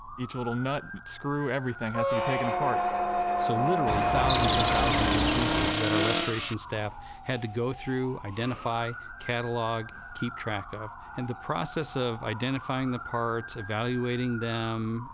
each little nut, screw, everything has to be taken apart so literally thousands and thousands of pieces that our restoration staff had to go through, identify, catalog, keep track of, and the process of identifying the parts, evaluating them,